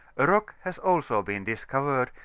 a rock has also been discovered,